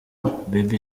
baby